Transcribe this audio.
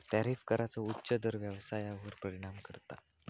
tariff कराचो उच्च दर व्यवसायावर परिणाम करता